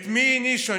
את מי הענישו?